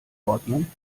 ordnung